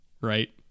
Right